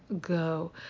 go